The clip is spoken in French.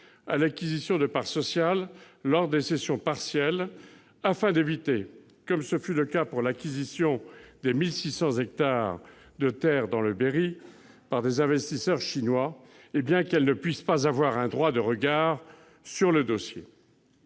à l'acquisition de parts sociales lors des cessions partielles, afin d'éviter, comme ce fut le cas pour l'acquisition des 1 600 hectares de terres dans le Berry par des investisseurs chinois, qu'elles ne puissent pas avoir un droit de regard sur le dossier.